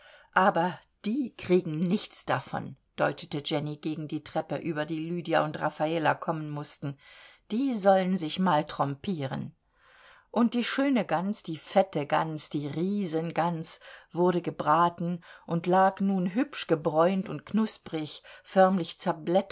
aber die kriegen nichts davon deutete jenny gegen die treppe über die lydia und raffala kommen mußten die sollen sich mal trompieren und die schöne gans die fette gans die riesengans wurde gebraten und lag nun hübsch gebräunt und knusperig förmlich